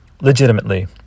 legitimately